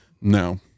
No